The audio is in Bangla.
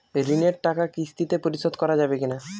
ঋণের টাকা কিস্তিতে পরিশোধ করা যাবে কি না?